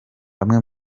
bamwe